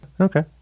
Okay